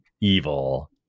evil